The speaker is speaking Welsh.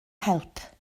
help